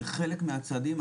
זה חלק מהצעדים,